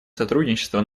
сотрудничество